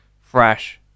fresh